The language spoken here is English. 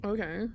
Okay